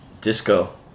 disco